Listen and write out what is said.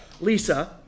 Lisa